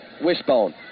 wishbone